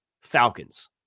Falcons